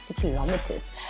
kilometers